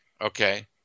Okay